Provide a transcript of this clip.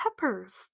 peppers